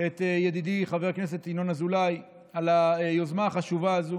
את ידידי חבר הכנסת ינון אזולאי על היוזמה החשובה הזו,